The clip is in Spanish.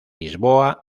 lisboa